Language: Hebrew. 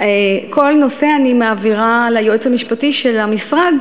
כל נושא אני מעבירה ליועץ המשפטי של המשרד